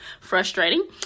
Frustrating